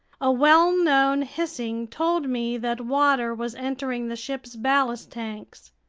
a well-known hissing told me that water was entering the ship's ballast tanks.